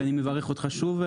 ואני מברך אותך שוב,